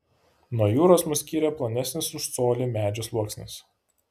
nuo jūros mus skyrė plonesnis už colį medžio sluoksnis